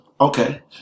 Okay